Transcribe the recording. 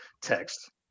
text